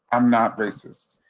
i'm not racist.